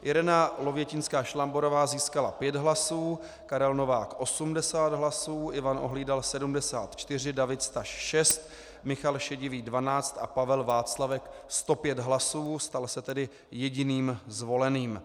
Irena Lovětinská Šlamborová získala 5 hlasů, Karel Novák 80 hlasů, Ivan Ohlídal 74, David Staš 6, Michal Šedivý 12 a Pavel Václavek 105 hlasů, stal se tedy jediným zvoleným.